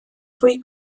fwy